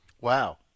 Wow